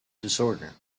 disorder